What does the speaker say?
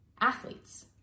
athletes